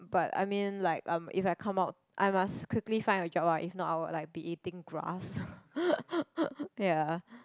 but I mean like I'm if I come out I must quickly find a job ah if not I will like be eating grass ya